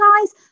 guys